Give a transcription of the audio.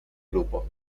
grupo